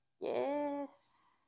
Yes